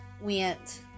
went